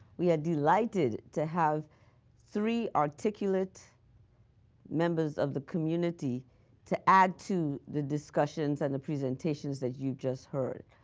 we are delighted to have three articulate members of the community to add to the discussions and the presentations that you've just heard.